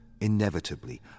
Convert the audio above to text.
Inevitably